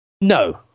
No